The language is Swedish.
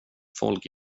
folk